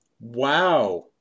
Wow